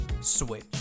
Switch